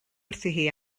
wrthi